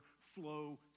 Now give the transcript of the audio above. flow